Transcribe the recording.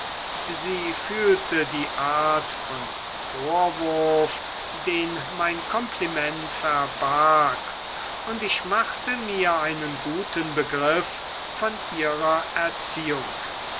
sie fühlte die art von vorwurf den mein kompliment verbarg und ich machte mir einen guten begriff von ihrer erziehung